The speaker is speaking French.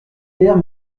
guerre